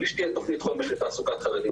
בלי שתהיה תכנית חומש לתעסוקת חרדים,